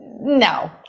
No